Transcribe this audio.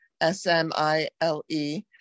s-m-i-l-e